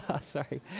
Sorry